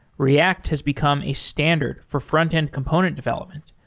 react has become a standard for frontend component development.